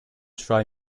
try